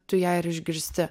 tu ją ir išgirsti